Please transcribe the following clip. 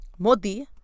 Modi